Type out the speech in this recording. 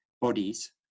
bodies